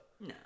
No